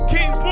King